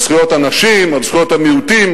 על זכויות הנשים, על זכויות המיעוטים.